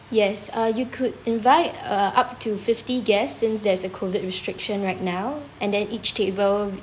yes uh you could invite uh up to fifty guests since there's a COVID restriction right now and then each table